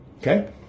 Okay